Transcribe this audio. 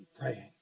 praying